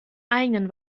eigenen